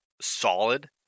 solid